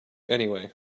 anyway